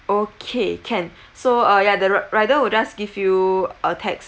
okay can so uh yeah the r~ rider will just give you a text